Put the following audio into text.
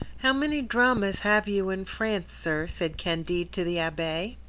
how many dramas have you in france, sir? said candide to the abbe.